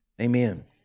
amen